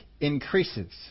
increases